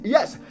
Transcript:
Yes